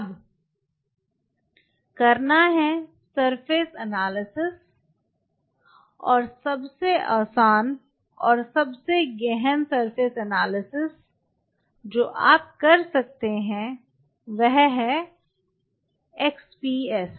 अब करना है सरफेस एनालिसिस और सबसे आसान और सबसे गहन सरफेस एनालिसिस जो आप कर सकते हैं है एक्सपीएस